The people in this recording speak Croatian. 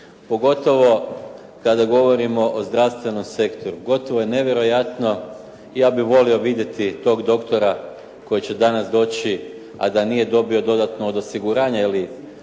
pogotovo kada govorimo o zdravstvenom sektoru. Gotovo je nevjerojatno, ja bih volio vidjeti tog doktora koji će danas doći, a da nije dobio dodatno od osiguranja